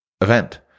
event